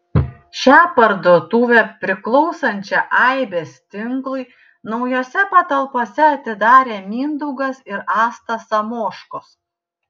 šią parduotuvę priklausančią aibės tinklui naujose patalpose atidarė mindaugas ir asta samoškos